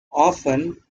often